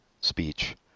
speech